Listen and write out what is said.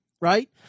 right